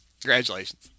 Congratulations